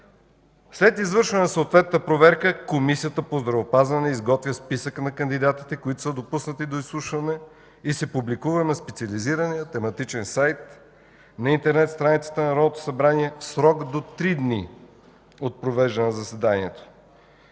След извършване на съответната проверка Комисията по здравеопазване изготвя списъка на кандидатите, допуснати до изслушване и се публикува на специализирания тематичен сайт на интернет страницата на Народното събрание в срок до три дни от провеждане на заседанието.